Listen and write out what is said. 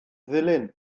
ddulyn